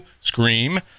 Scream